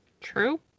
true